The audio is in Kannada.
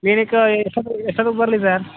ಕ್ಲಿನಿಕ್ಕ ಎಷ್ಟೊತಿಗೆ ಎಷ್ಟೊತ್ತಿಗೆ ಬರಲಿ ಸರ್